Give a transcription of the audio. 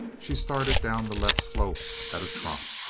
she started down the left slope at a trot.